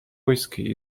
whiskey